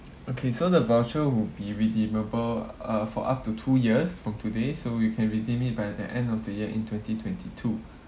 okay so the voucher would be redeemable uh for up to two years from today so you can redeem it by the end of the year in twenty twenty two